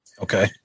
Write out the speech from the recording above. Okay